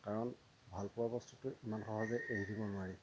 কাৰণ ভালপোৱা বস্তুটো ইমান সহজে এৰি দিব নোৱাৰি